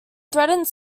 threatens